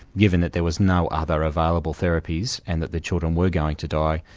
given that there was no other available therapies, and that the children were going to die,